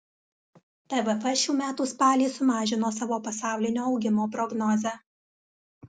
tvf šių metų spalį sumažino savo pasaulinio augimo prognozę